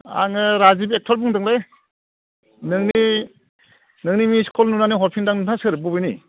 आङो राजिब एक्टर बुंदोंलै नोंनि नोंनि मिसकल नुना हरफिनदों आं नोंथाङा सोर बबेनि